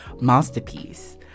masterpiece